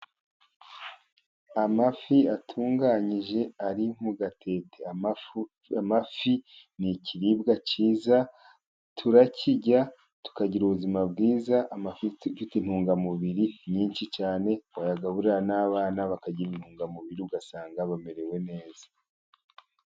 Amafi atunganyije ari mu gatete, amafi n'ikiribwa cyiza turakirya tukagira ubuzima bwiza, amafi afite intungamubiri nyinshi cyane, wayagaburira n'abana bakagira intungamubiri, ugasanga bamerewe neza.